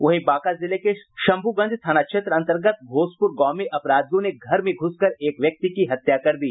वहीं बांका जिले के शंभुगंज थाना क्षेत्र अंतर्गत घोसपुर गांव में अपराधियों ने घर में घुसकर एक व्यक्ति की हत्या कर दी